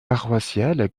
paroissiale